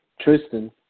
Tristan